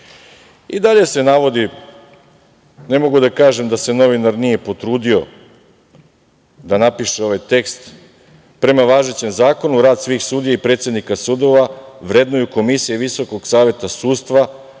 time. Dalje se navodi, ne mogu da kažem da se novinar nije potrudio da napiše ovaj tekst prema važećem zakonu, „Rad svih sudija i predsednika sudova vrednuju komisije Visokog saveta sudstva,